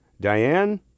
Diane